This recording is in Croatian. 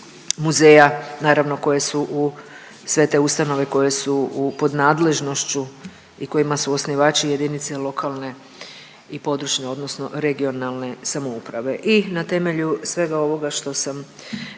muzeja naravno koje su u, sve te ustanove koje su pod nadležnošću i kojima su osnivači jedinice lokalne i područne odnosno regionalne samouprave. I na temelju svega ovoga što sam